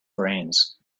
brains